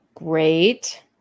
Great